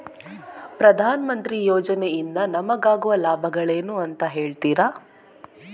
ಪ್ರಧಾನಮಂತ್ರಿ ಯೋಜನೆ ಇಂದ ನಮಗಾಗುವ ಲಾಭಗಳೇನು ಅಂತ ಹೇಳ್ತೀರಾ?